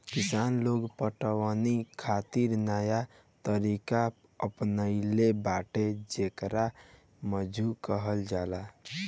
किसान लोग पटवनी खातिर नया तरीका अपनइले बाड़न जेकरा मद्दु कहल जाला